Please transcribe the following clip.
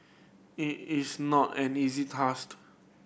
it is not an easy task